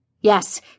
Yes